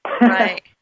Right